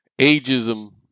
ageism